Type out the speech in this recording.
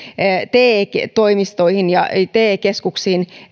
te toimistoihin ja te keskuksiin